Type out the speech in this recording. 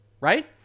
right